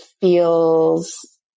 feels